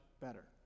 better